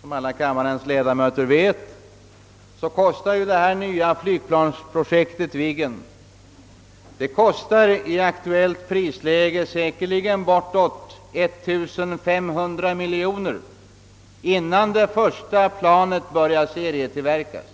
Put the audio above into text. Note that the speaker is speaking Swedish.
Som alla kammarens ledamöter vet kostar det nya flygplansprojektet Viggen i aktuellt prisläge säkerligen bortåt 1500 miljoner innan det första planet börjat serietillverkas.